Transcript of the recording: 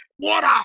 Water